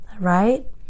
right